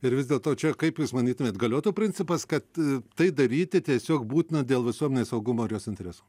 ir vis dėlto čia kaip jūs manytumėt galiotų principas kad tai daryti tiesiog būtina dėl visuomenės saugumo ar jos interesų